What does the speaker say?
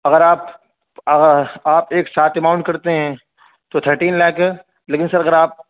اگر آپ آپ ایک ساتھ اماؤنٹ کرتے ہیں تو تھرٹین لاکھ ہے لیکن سر اگر آپ